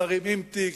שרים עם תיק,